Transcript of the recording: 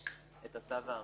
את הצו הארצי.